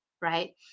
right